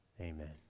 amen